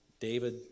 David